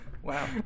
Wow